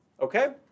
okay